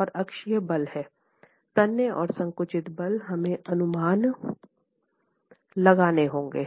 और अक्षीय बल हैं तन्य और संकुचित बल हमें अनुमान लगाने होंगे